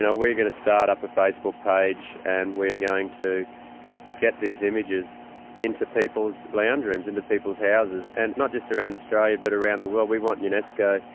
we're going to start up a facebook page, and we're going to get these images into people's lounge rooms, into people's houses. and not just around australia but around the world. we want unesco,